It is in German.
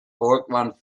volkmann